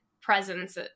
presence